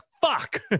fuck